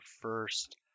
first